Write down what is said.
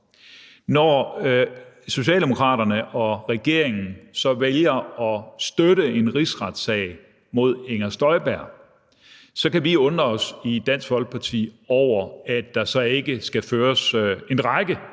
Når Socialdemokraterne og regeringen så vælger at støtte en rigsretssag mod Inger Støjberg, kan vi undre os i Dansk Folkeparti over, at der så ikke skal føres en række